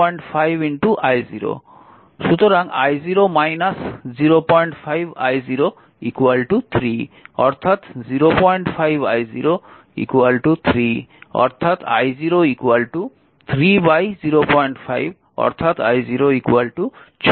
সুতরাং i0 05i0 3 অর্থাৎ 05i0 3 অর্থাৎ i0 3 05 অর্থাৎ i0 6 অ্যাম্পিয়ার